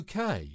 UK